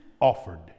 offered